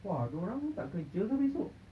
!wah! dia orang semua tak kerja ke besok